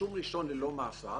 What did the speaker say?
"רישום ראשון ללא מאסר"